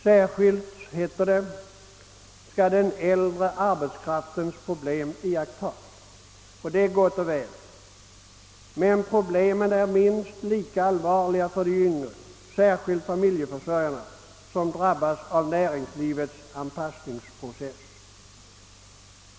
Särskilt, heter det, skall den äldre arbetskraftens problem iakttas, och det är gott och väl Svårigheterna är emellertid minst lika allvarliga för de yngre — särskilt för familjeförsörjarna — som drabbas av näringslivets anpassningsprocess.